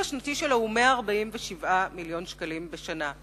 הוא 147 מיליון שקלים בשנה.